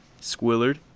Squillard